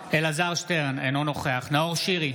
אלעזר שטרן, אינו נוכח נאור שירי,